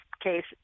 case